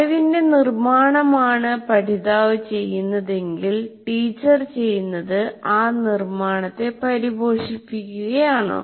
അറിവിന്റെ നിർമ്മാണമാണ് പഠിതാവ് ചെയ്യുന്നതെങ്കിൽ ടീച്ചർ ചെയ്യുന്നത് ആ നിർമ്മാണത്തെ പരിപോഷിപ്പിക്കുകയാണോ